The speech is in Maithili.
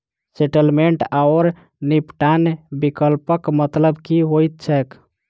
सेटलमेंट आओर निपटान विकल्पक मतलब की होइत छैक?